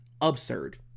absurd